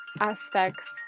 aspects